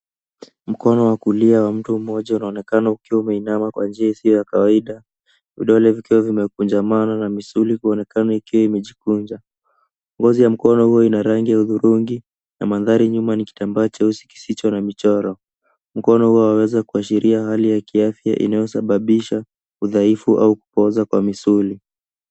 Mkono wa kulia wa mtu mmoja unaonekana ukiwa umeinama kwa jinsi ya kawaida vidole vikiwa vimekunjamana na misuli kuonekana ikiwa imejikunja. Ngozi ya mkono huo ina rangi ya udhurungi na mandhari nyuma ni kitambaa cheusi kisicho na michoro. Mkono huo waweza kuashiria hali ya kiafya inayosababisha udhaifu au kupooza kwa misuli.